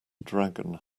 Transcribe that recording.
dragon